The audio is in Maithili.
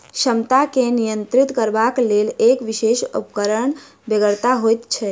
क्षमता के नियंत्रित करबाक लेल एक विशेष उपकरणक बेगरता होइत छै